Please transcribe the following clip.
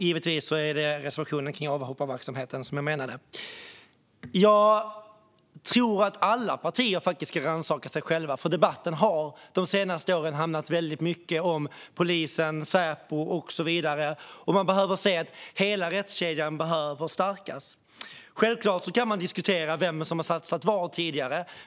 Fru talman! Jag tror att alla partier ska rannsaka sig själva. Debatten har de senaste åren handlat väldigt mycket om polisen, Säpo och så vidare, men hela rättskedjan behöver stärkas. Självklart kan man diskutera vem som tidigare har satsat vad.